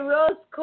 Rose